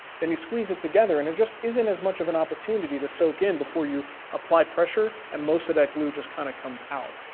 then you squeeze it together, and there just isn't as much of an opportunity to soak in before you apply pressure, and most of that glue just kind of comes out.